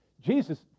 Jesus